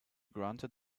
granted